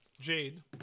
Jade